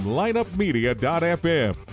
lineupmedia.fm